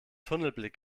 tunnelblick